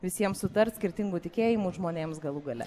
visiem sutart skirtingų tikėjimų žmonėms galų gale